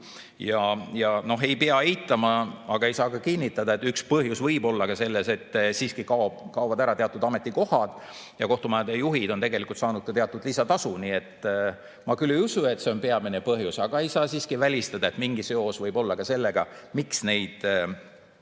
tulnud. Ei pea eitama, aga ei saa ka kinnitada, et üks põhjus võib olla selles, et siiski kaovad ära teatud ametikohad. Kohtumajade juhid on saanud teatud lisatasu. Ma küll ei usu, et see on peamine põhjus, aga ei saa välistada, et mingi seos võib siin olla ka sellega, miks neid